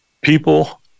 People